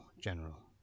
General